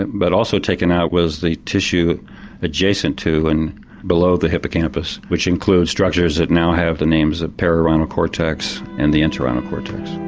but also taken out was the tissue adjacent to and below the hippocampus which includes structures that now have the names of perirhinal cortex and the entorhinal cortex.